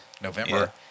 November